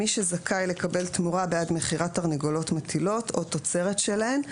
מי שזכאי לקבל תמורה בעד מכירת תרנגולות מטילות או תוצרת שלהן.